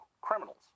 criminals